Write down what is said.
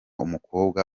umukobwa